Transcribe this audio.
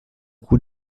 coût